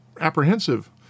apprehensive